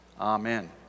Amen